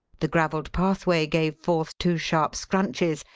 the gravelled pathway gave forth two sharp scrunches,